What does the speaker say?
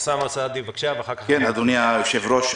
אדוני היושב-ראש,